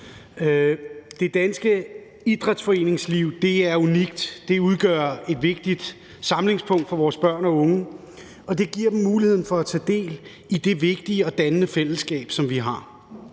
Det danske idrætsforeningsliv er unikt. Det udgør et vigtigt samlingspunkt for vores børn og unge, og det giver dem muligheden for at tage del i det vigtige og dannende fællesskab, som vi har.